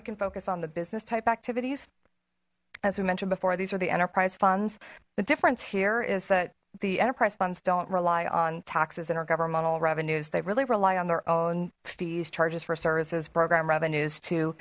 we can focus on the business type activities as we mentioned before these are the enterprise funds the difference here is that the enterprise funds don't rely on taxes intergovernmental revenues they really rely on their own fees charges for services program revenues to